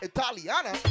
Italiana